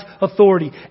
authority